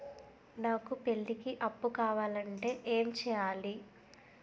నాకు పెళ్లికి అప్పు కావాలంటే ఏం చేయాలి?